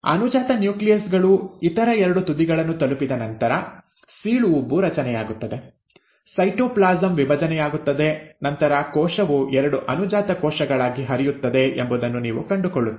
ಅನುಜಾತ ನ್ಯೂಕ್ಲಿಯಸ್ ಗಳು ಇತರ ಎರಡು ತುದಿಗಳನ್ನು ತಲುಪಿದ ನಂತರ ಸೀಳು ಉಬ್ಬು ರಚನೆಯಾಗುತ್ತದೆ ಸೈಟೋಪ್ಲಾಸಂ ವಿಭಜನೆಯಾಗುತ್ತದೆ ನಂತರ ಕೋಶವು ಎರಡು ಅನುಜಾತ ಕೋಶಗಳಾಗಿ ಹರಿಯುತ್ತದೆ ಎಂಬುದನ್ನು ನೀವು ಕಂಡುಕೊಳ್ಳುತ್ತೀರಿ